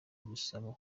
gusaba